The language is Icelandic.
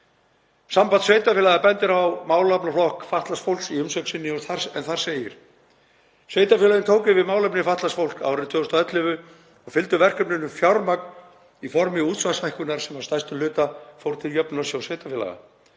sveitarfélaga bendir á málaflokk fatlaðs fólks í umsögn sinni en þar segir: „Sveitarfélögin tóku yfir málefni fatlaðs fólks árið 2011 og fylgdi verkefninu fjármagn í formi útsvarshækkunar sem að stærstum hluta fór til Jöfnunarsjóðs sveitarfélaga.